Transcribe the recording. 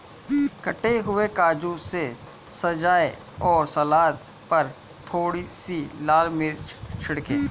कटे हुए काजू से सजाएं और सलाद पर थोड़ी सी लाल मिर्च छिड़कें